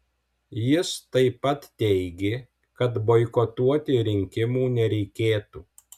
jis taip pat teigė kad boikotuoti rinkimų nereikėtų